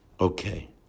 Okay